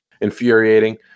Infuriating